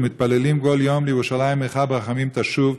ומתפללים כל יום: "ולירושלים עירך ברחמים תשוב",